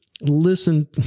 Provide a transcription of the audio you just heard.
listen